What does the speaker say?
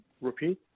repeat